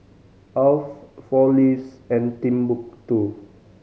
Alf Four Leaves and Timbuk Two